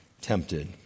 tempted